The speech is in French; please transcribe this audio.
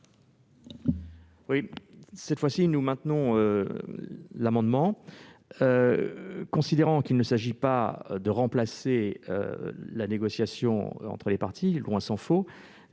vote. Cette fois, nous maintiendrons notre amendement, considérant qu'il ne s'agit pas de remplacer la négociation entre les parties, tant s'en faut